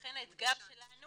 לכן האתגר שלנו